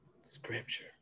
Scripture